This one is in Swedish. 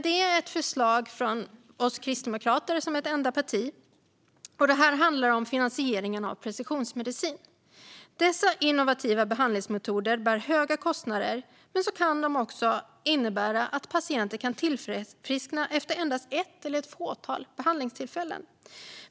Det är ett förslag från oss i Kristdemokraterna som enda parti. Förslaget handlar om finansieringen av precisionsmedicin. Dessa innovativa behandlingsmetoder bär höga kostnader, men kan också innebära att patienter kan tillfriskna efter endast ett eller ett fåtal behandlingstillfällen.